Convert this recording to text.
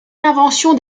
l’invention